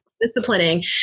disciplining